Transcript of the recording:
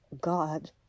God